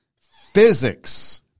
physics